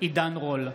עידן רול,